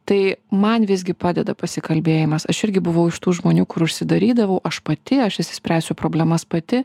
tai man visgi padeda pasikalbėjimas aš irgi buvau iš tų žmonių kur užsidarydavau aš pati aš išsispręsiu problemas pati